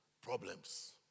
problems